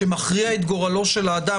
שמכריע גורלו של האדם,